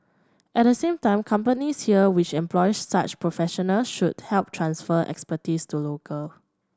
at the same time companies here which employ such professional should help transfer expertise to local